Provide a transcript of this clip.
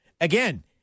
Again